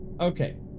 okay